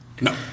No